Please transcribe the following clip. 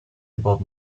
above